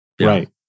Right